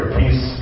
peace